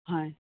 হয়